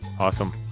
Awesome